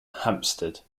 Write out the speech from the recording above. hampstead